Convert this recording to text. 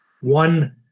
one